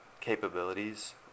capabilities